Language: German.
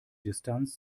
distanz